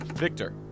Victor